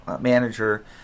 manager